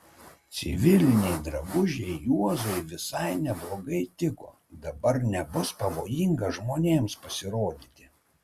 civiliniai drabužiai juozui visai neblogai tiko dabar nebus pavojinga žmonėms pasirodyti